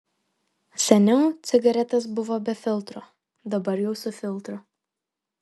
seniau cigaretės buvo be filtro dabar jau su filtru